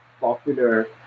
popular